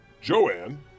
Joanne